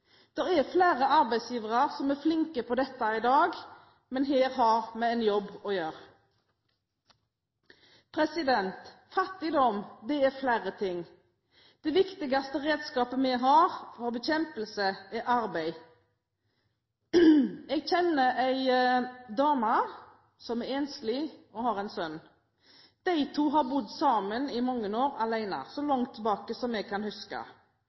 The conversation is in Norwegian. der flere arbeidsgivere er med og tar et samfunnsansvar og har ulikhetene ansatt hos seg. Det er flere arbeidsgivere som er flinke til dette i dag, men her har vi en jobb å gjøre. Fattigdom er flere ting. Det viktigste redskapet vi har for bekjempelse er arbeid. Jeg kjenner en dame som er enslig og har en sønn. De to har bodd sammen i mange år alene, så langt tilbake